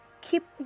Keep